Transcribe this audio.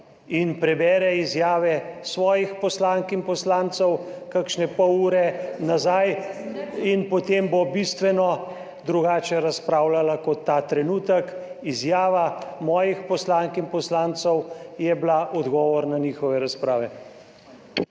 in prebere izjave svojih poslank in poslancev kakšne pol ure nazaj, potem bo bistveno drugače razpravljala kot ta trenutek. Izjave mojih poslank in poslancev so bile odgovor na njihove razprave.